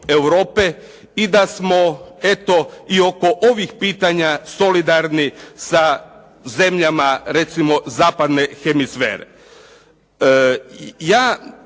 i da smo eto i oko ovih pitanja solidarni sa zemljama recimo zapadne hemisfere.